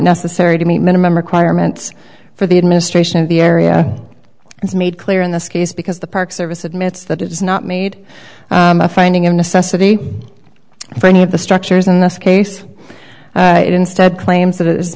necessary to meet minimum requirements for the administration of the area is made clear in this case because the park service admits that it has not made a finding a necessity for any of the structures in this case it instead claims that it